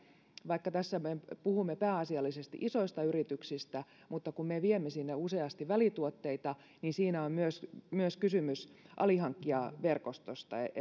vaikka tässä me puhumme pääasiallisesti isoista yrityksistä niin kun me viemme sinne useasti välituotteita siinä on kysymys myös alihankkijaverkostosta